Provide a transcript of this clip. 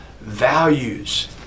values